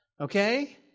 okay